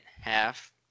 half